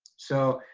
so,